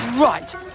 Right